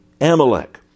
Amalek